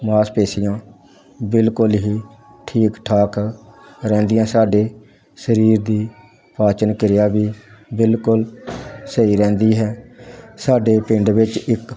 ਮਾਸਪੇਸ਼ੀਆਂ ਬਿਲਕੁਲ ਹੀ ਠੀਕ ਠਾਕ ਰਹਿੰਦੀਆਂ ਸਾਡੇ ਸਰੀਰ ਦੀ ਪਾਚਨ ਕਿਰਿਆ ਵੀ ਬਿਲਕੁਲ ਸਹੀ ਰਹਿੰਦੀ ਹੈ ਸਾਡੇ ਪਿੰਡ ਵਿੱਚ ਇੱਕ